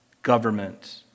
Government